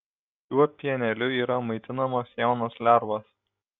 šiuo pieneliu yra maitinamos jaunos lervos